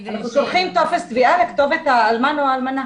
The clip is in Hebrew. שולחים טופס תביעה לכתובת האלמן או האלמנה.